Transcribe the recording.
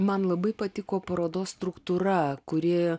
man labai patiko parodos struktūra kuri